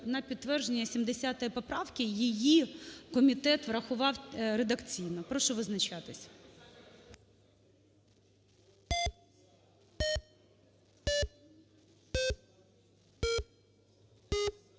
на підтвердження 70 поправки, її комітет врахував редакційно. Прошу визначатись.